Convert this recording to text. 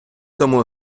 тому